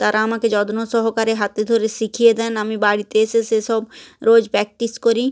তারা আমাকে যত্ন সহকারে হাতে ধরে শিখিয়ে দেন আমি বাড়িতে এসে সেসব রোজ প্রাক্টিস করি